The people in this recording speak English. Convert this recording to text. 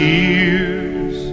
Tears